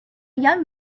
young